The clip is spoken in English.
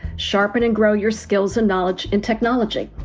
sharpen and grow your skills and knowledge and technology.